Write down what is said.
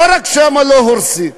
לא רק שם לא הורסים.